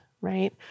Right